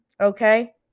okay